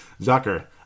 Zucker